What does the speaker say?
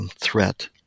threat